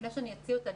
לפני שאני אציע אותה,